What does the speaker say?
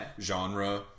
genre